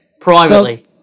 Privately